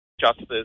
Justice